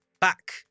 back